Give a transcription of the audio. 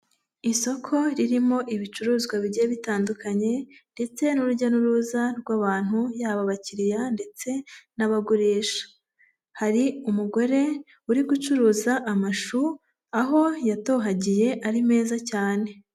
Isoko ririmo ibicuruzwa bigiye bitandukanye ndetse n'urujya n'uruza rw'abantu yaba abakiriya ndetse n'abagurisha, hari umugore uri gucuruza amashu aho yatohagiye ari meza cyane.